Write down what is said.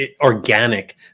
organic